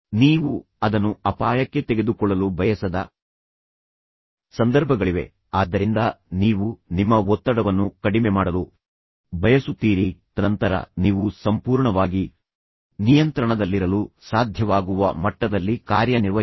ನೀವು ಅದನ್ನು ಅಪಾಯಕ್ಕೆ ತೆಗೆದುಕೊಳ್ಳಲು ಬಯಸದ ಸಂದರ್ಭಗಳಿವೆ ಆದ್ದರಿಂದ ನೀವು ನಿಮ್ಮ ಒತ್ತಡವನ್ನು ಕಡಿಮೆ ಮಾಡಲು ಬಯಸುತ್ತೀರಿ ತದನಂತರ ನೀವು ಸಂಪೂರ್ಣವಾಗಿ ನಿಯಂತ್ರಣದಲ್ಲಿರಲು ಸಾಧ್ಯವಾಗುವ ಮಟ್ಟದಲ್ಲಿ ಕಾರ್ಯನಿರ್ವಹಿಸಿ